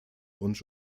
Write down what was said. und